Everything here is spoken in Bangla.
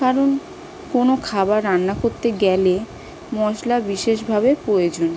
কারণ কোনো খাবার রান্না করতে গেলে মশলা বিশেষভাবে প্রয়োজন